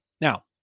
Now